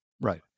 Right